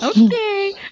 okay